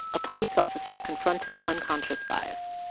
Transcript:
a police officer confronts his unconscious bias